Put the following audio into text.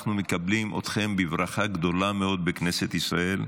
אנחנו מקבלים אתכם בברכה גדולה מאוד בכנסת ישראל.